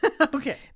Okay